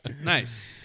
Nice